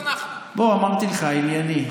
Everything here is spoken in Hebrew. אמרתי לך, ענייני.